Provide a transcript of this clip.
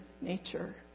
nature